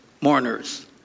mourners